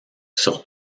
sur